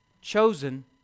chosen